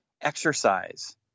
exercise